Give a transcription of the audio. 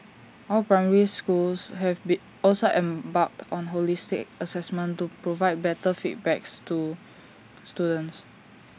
all primary schools have also embarked on holistic Assessment to provide better feedback to students